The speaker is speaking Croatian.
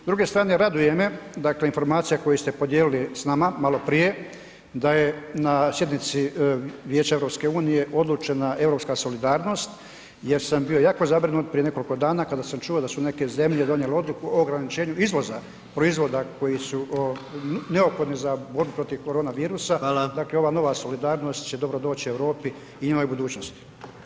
S druge strane raduje me dakle informacija koju ste podijelili s nama maloprije da je na sjednici Vijeća EU odlučena europska solidarnost jer sam bio jako zabrinut prije nekoliko dana da su neke zemlje donijele odluku o ograničenju izvoza proizvoda koji su neophodni za borbu protiv korona virusa, dakle [[Upadica: Hvala.]] ova nova solidarnost će dobro doći Europi i novoj budućnosti.